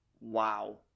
wow